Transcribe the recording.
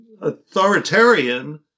authoritarian